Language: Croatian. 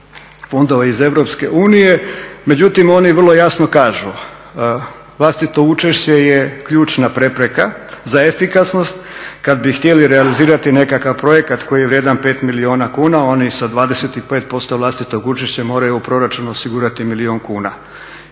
fondova iz EU. Međutim, oni vrlo jasno kažu vlastito učešće je ključna prepreka za efikasnost. Kad bi htjeli realizirati nekakav projekt koji je vrijedan 5 milijuna kuna oni sa 25% vlastitog učešća moraju u proračunu osigurati milijun kuna.